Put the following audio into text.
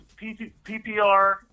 PPR